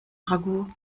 ragout